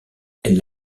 elle